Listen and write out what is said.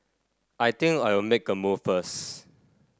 I think I'll make a move first